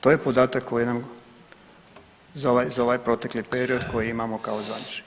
To je podatak koji nam za ovaj protekli period koji imamo kao završni.